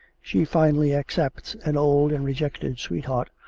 she finally accepts an old and rejected sweetheart,